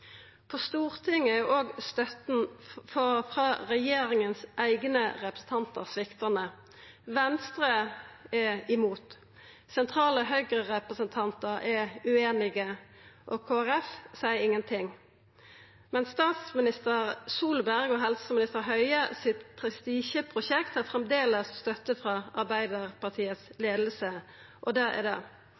På Stortinget er også støtta frå regjeringa sine eigne representantar sviktande. Venstre er imot. Sentrale Høgre-representantar er ueinige, og Kristeleg Folkeparti seier ingen ting. Men prestisjeprosjektet til statsminister Solberg og helseminister Høie har framleis støtte frå leiinga i Arbeidarpartiet, og det er det.